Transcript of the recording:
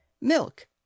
milk